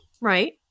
Right